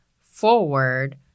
forward